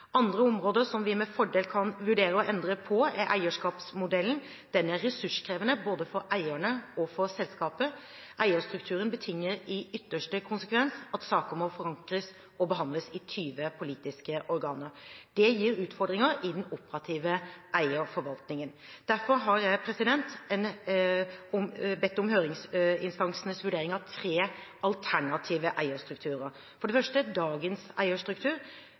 Andre områder som vi med fordel kan vurdere å endre på, er når det gjelder eierskapsmodellen. Den er ressurskrevende både for eierne og for selskapet. Eierstrukturen betinger i ytterste konsekvens at saker må forankres og behandles i 20 politiske organer. Det gir utfordringer i den operative eierforvaltningen. Derfor har jeg bedt om høringsinstansenes vurdering av tre alternative eierstrukturer: For det første dagens eierstruktur,